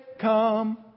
come